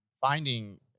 finding